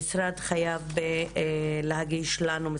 משרד הכלכלה מחויב להגיש לנו,